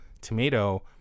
tomato